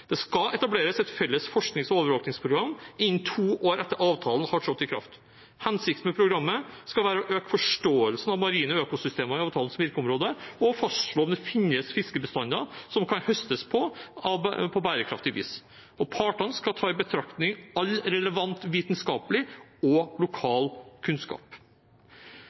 Det skal etableres et felles forsknings- og overvåkningsprogram innen to år etter at avtalen har trådt i kraft. Hensikten med programmet skal være å øke forståelsen av marine økosystemer i avtalens virkeområde og fastslå om det finnes fiskebestander som kan høstes på bærekraftig vis. Partene skal ta i betraktning all relevant vitenskapelig og lokal kunnskap.